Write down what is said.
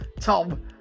Tom